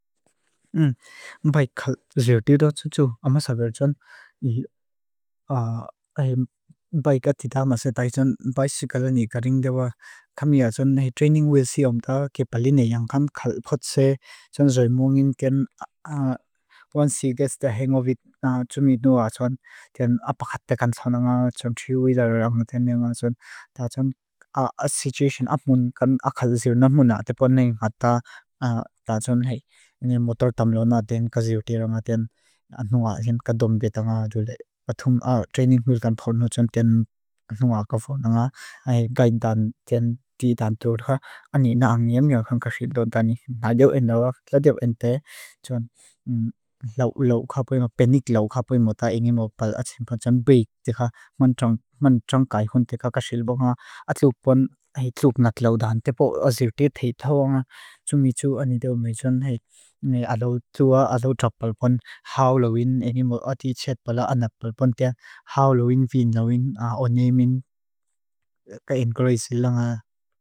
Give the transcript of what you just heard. Mbai kal zio diyo do tzu tzu. Amma salve zun. Mbai gati da ma se da zun. Mbai si galan ni garing dewa kami a zun. Training will see om da kebalini yang kan kal po tse zun zoi mongin gen. Buwan si gas da hengovit na zumi nua zun gen. Apakate kan san nga zun triwi da rungten nga zun. Da zun a situation apmun kan a kal zio nan muna. Ta zun hei. Mbai motor tamlona den kaziuti runga gen. Nua gen kadombe na zule. Atum training will kan po zun gen. Nua ka po nga. Gaidan gen. Gidan to do tka. Ani na angi e meon kasi do dani. Na diyo en da. La diyo ente zun. Penik lau kha po i mota hengi mopal. Atsin po zun big tka. Man chon kai hunti ka kasi do dani. Atsupon hi tluk na tlau dan. Ta po o ziuti hei to. Sumi chu ani do me zun. Ado dua ado top palpon. Hau lowin. Emi mo a tii chet pala anap palpon. Tia. Hau lowin fiin lowin. Onyi min. Ka ingresil langa.